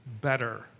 better